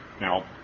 now